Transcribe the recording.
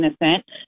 innocent